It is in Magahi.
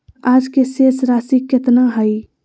आज के शेष राशि केतना हइ?